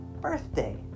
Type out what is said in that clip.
birthday